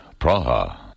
Praha